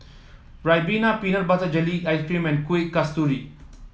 ribena Peanut Butter Jelly Ice cream and Kuih Kasturi